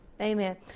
Amen